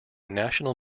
national